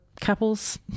couples